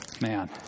Man